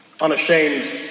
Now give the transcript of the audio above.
unashamed